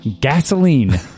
gasoline